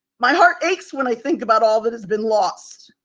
my heart aches when i think about all that has been lost.